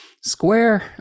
square